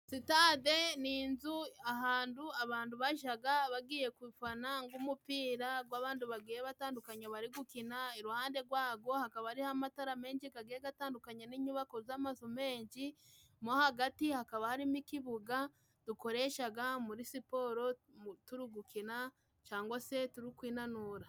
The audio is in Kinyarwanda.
Sitade ni inzu ahandu abandu bajaga bagiye gufana ng'umupira gw'abandu bagiye batandukanye bari gukina. Iruhande gwago hakaba hariho amatara menshi gagiye gatandukanye, n'inyubako z'amazu menshi, mo hagati hakaba harimo ikibuga dukoreshaga muri siporo turi gukina cyangwa se turi kwinanura.